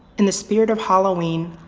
in the spirit of halloween,